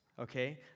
Okay